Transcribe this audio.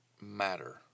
matter